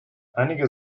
einige